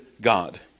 God